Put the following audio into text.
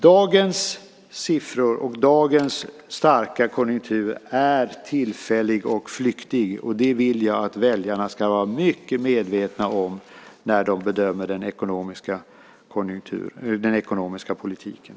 Dagens siffror och starka konjunktur är tillfälliga och flyktiga. Det vill jag att väljarna ska vara mycket medvetna om när de bedömer den ekonomiska politiken.